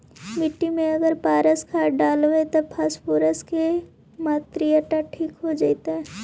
मिट्टी में अगर पारस खाद डालबै त फास्फोरस के माऋआ ठिक हो जितै न?